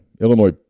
Illinois